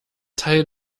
teil